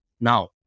Now